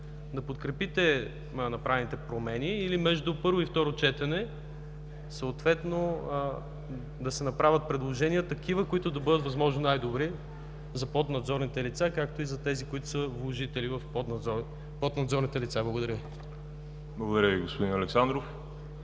Благодаря Ви, господин Александров.